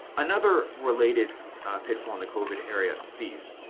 another related pitfall in the covid era, fees.